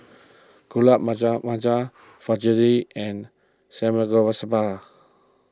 Gulab Fajitas and Samgeyopsal